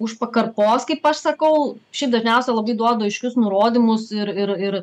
už pakarpos kaip aš sakau šiaip dažniausia labai duodu aiškius nurodymus ir ir ir